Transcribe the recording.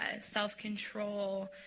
self-control